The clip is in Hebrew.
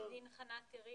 עורכת הדין חנה טירי